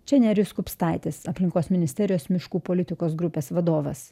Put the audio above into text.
čia nerijus kupstaitis aplinkos ministerijos miškų politikos grupės vadovas